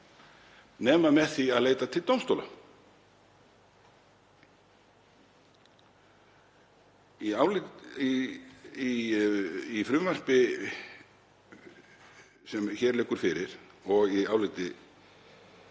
nema með því að leita til dómstóla. Í frumvarpinu sem hér liggur fyrir og í áliti